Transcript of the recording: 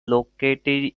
located